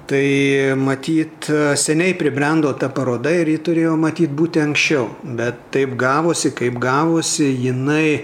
tai matyt seniai pribrendo ta paroda ir ji turėjo matyt būti anksčiau bet taip gavosi kaip gavosi jinai